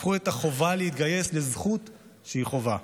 הפכו את החובה להתגייס לזכות שהיא חובה.